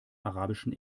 arabischen